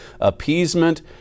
appeasement